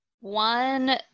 One